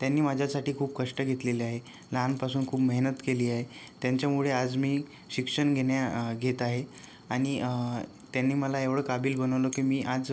त्यांनी माझ्यासाठी खूप कष्ट घेतलेले आहे लहानपासून खूप मेहनत केली आहे त्यांच्यामुळे आज मी शिक्षण घेन्या घेत आहे आणि त्यांनी मला एवढं काबील बनवलं की मी आज